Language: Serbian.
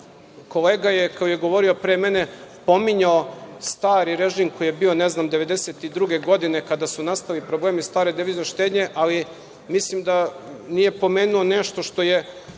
kolega je, koji je govorio pre mene pominjao stari režim koji je bio 1992. godine kada su nastali problemi stare devizne štednje, ali nije pomenuo nešto što je